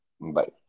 bye